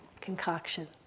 concoction